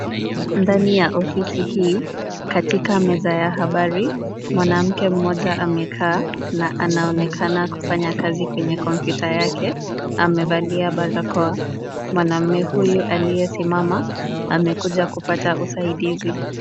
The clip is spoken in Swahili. Ndani ya ofisi hii, katika meza ya habari, mwanamke mmoja amekaa na anaonekana kufanya kazi kwenye kompyuta yake. Amevalia barakoa. Mwanaume huyu aliyesimama amekuja kupata usaidizi.